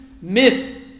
myth